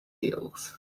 heels